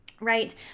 right